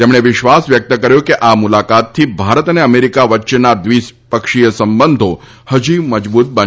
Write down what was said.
તેમણે વિશ્વાસ વ્યકત કર્યો હતો કે આ મુલાકાત થી ભારત અને અમેરિકા વચ્ચેના દ્વિપક્ષીય સંબંધો મજબૂત બનશે